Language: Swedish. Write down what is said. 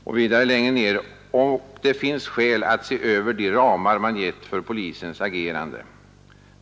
——— Och det finns skäl att se över de ramar man gett för polisens agerande.